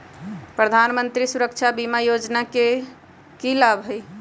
प्रधानमंत्री सुरक्षा बीमा योजना के की लाभ हई?